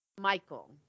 Michael